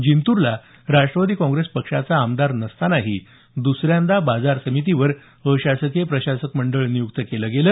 जिंतूरला Rashtravadi Congress पक्षाचा आमदार नसतानाही द्रसऱ्यांदा बाजार समितीवर अशासकीय प्रशासक मंडळ नियुक्त केलं गेलं